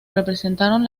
representaron